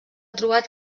trobat